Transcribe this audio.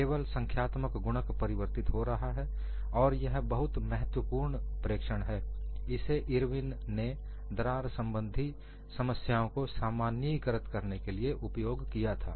केवल संख्यात्मक गुणक परिवर्तित हो रहा है और यह बहुत महत्वपूर्ण प्रेक्षण है जिसे इरविन ने दरार संबंधी समस्याओं को सामान्यीकृत करने के लिए उपयोग किया था